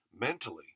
mentally